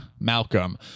Malcolm